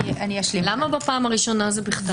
למה בפעם הראשונה זה בכתב?